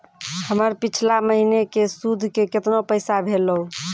हमर पिछला महीने के सुध के केतना पैसा भेलौ?